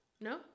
No